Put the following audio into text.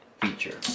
feature